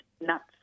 Nuts